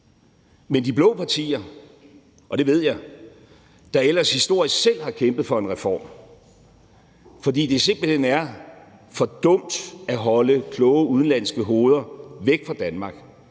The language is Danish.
Men de blå partier – og det ved jeg – der ellers historisk selv har kæmpet for en reform, fordi det på den ene side simpelt hen er for dumt at holde kloge udenlandske hoveder væk fra Danmark,